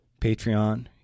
Patreon